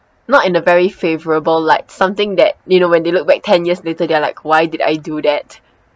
not in a very favourable like something that you know when they look back ten years later they're like why did I do that